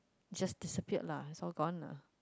just disappeared lah it's all gone lah